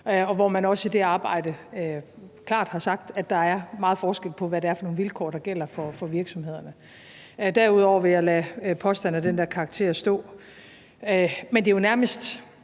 og hvor man også i det arbejde klart har sagt, at der er meget forskel på, hvad det er for nogle vilkår, der gælder for virksomhederne. Derudover vil jeg lade en påstand af den der karakter stå. Men det er jo nærmest